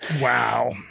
wow